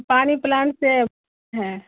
پانی پلانٹ سے ہیں